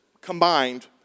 combined